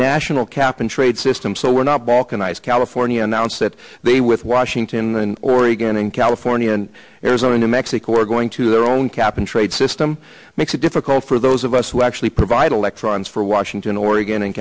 national cap and trade system so we're not balkanized california announced that they with washington and oregon and california and arizona new mexico are going to do their own cap and trade system makes it difficult for those of us who actually provide electrons for washington oregon and